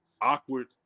awkward